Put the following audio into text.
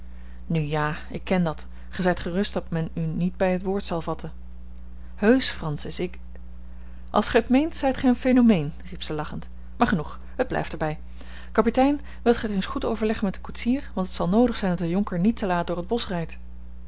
nu ja ik ken dat gij zijt gerust dat men u niet bij het woord zal vatten heusch francis ik als gij het meent zijt gij een phenomeen riep zij lachend maar genoeg het blijft er bij kapitein wilt gij het eens goed overleggen met den koetsier want het zal noodig zijn dat de jonker niet te laat door het bosch rijdt